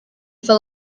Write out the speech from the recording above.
for